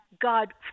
God